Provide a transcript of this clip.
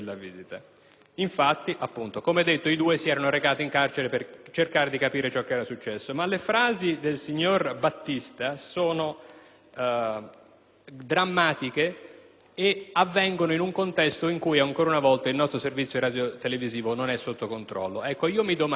Infatti appunto, come è stato detto, i due si erano recati in carcere per cercare di capire ciò che era successo. Le frasi del signor Battista sono drammatiche e avvengono in un contesto che dimostra, ancora una volta, che il nostro servizio radiotelevisivo non è sotto controllo. Mi domando,